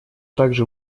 также